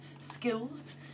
skills